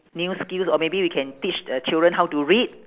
new skills or maybe we can teach the children how to read